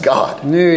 God